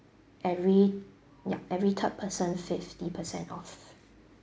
every ya every third person fifty percent off